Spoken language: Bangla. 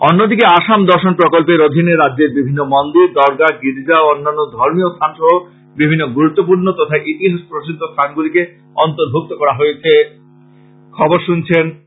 অন্যদিকে আসাম দর্শন প্রকল্পের অধীনে রাজ্যের বিভিন্ন মন্দির দরগা গির্জা ও অন্যান্য ধর্মীয় স্থান সহ বিভিন্ন গুরুত্বপূর্ন তথা ইতিহাস প্রসিদ্ধ স্থানগুলিকে অন্তর্ভুক্ত করা হয়েছে